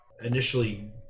initially